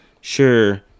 sure